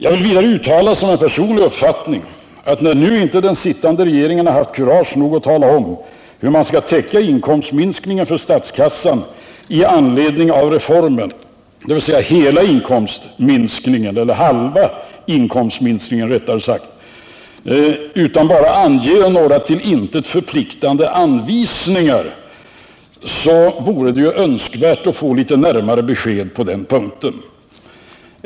Jag vill vidare som en personlig uppfattning uttala att det vore önskvärt att få närmare besked om hur inkomstminskningen skall täckas, eftersom den sittande regeringen inte har haft nog kurage att tala om hur den skall täcka halva inkomstminskningen för statskassan med anledning av reformen, utan bara har avgivit några till intet förpliktande anvisningar.